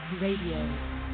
Radio